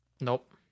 Nope